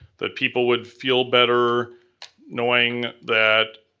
that people would feel better knowing that